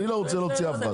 אני לא רוצה להוציא אף אחד.